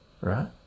right